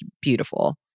beautiful